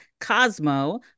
Cosmo